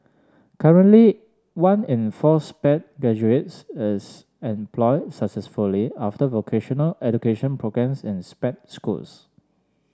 currently one in four Sped graduates is employed successfully after vocational education programmes in Sped schools